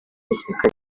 b’ishyaka